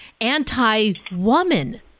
anti-woman